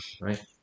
right